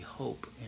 hope